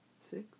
Six